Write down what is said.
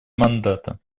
мандата